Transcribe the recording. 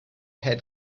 head